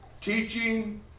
teaching